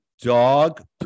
dog